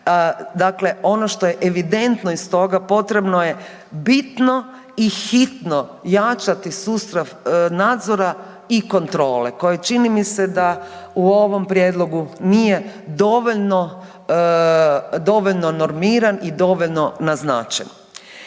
Dakle, ono što je evidentno iz toga potrebno je bitno i hitno jačati sustav nadzora i kontrole koje čini mi se da u ovom prijedlogu nije dovoljno normiran i dovoljno naznačen.